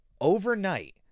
overnight